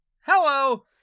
hello